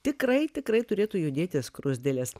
tikrai tikrai turėtų judėti skruzdėlės